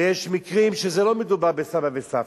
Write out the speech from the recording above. ויש מקרים שלא מדובר בסבא וסבתא,